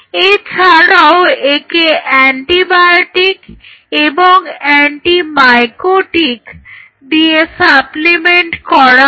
এছাড়াও একে অ্যান্টিবায়োটিক এবং অ্যান্টিমাইকোটিক দিয়ে সাপ্লিমেন্ট করা হয়